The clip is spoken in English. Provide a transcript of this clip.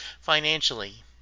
financially